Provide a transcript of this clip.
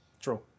True